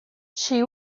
she